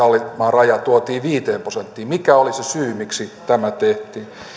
raja kaksikymmentä prosenttia tuotiin viiteen prosenttiin mikä oli se syy miksi tämä tehtiin